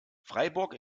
freiburg